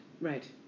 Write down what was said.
Right